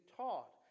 taught